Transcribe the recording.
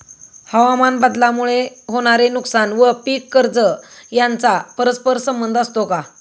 हवामानबदलामुळे होणारे नुकसान व पीक कर्ज यांचा परस्पर संबंध असतो का?